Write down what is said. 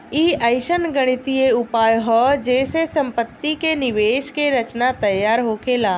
ई अइसन गणितीय उपाय हा जे से सम्पति के निवेश के रचना तैयार होखेला